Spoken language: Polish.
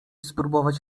spróbować